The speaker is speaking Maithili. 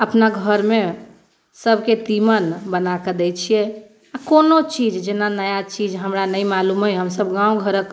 अपना घरमे सभके तीमन बना कऽ दै छियै आ कोनो चीज जेना नया चीज हमरा नहि मालूम अइ हमसभ गाम घरक